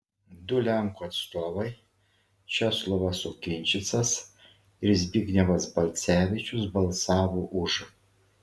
du lenkų atstovai česlovas okinčicas ir zbignevas balcevičius balsavo už